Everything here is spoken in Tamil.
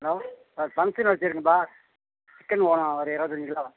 ஹலோ ஃபங்க்ஷன் வச்சுருக்கேன்ப்பா சிக்கன் வேணும் ஒரு இருபத்தஞ்சி கிலோ